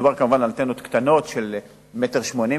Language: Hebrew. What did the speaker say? מדובר כמובן על אנטנות קטנות של 1.80 מטר,